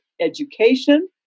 education